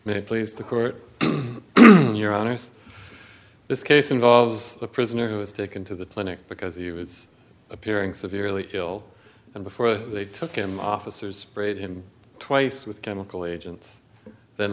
may please the court when you're honest this case involves a prisoner who is taken to the clinic because he was appearing severely ill and before they took him officers sprayed him twice with chemical agents th